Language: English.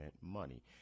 money